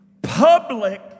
Public